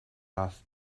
off